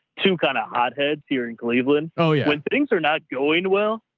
two kind of hotheads here in cleveland so when things are not going well,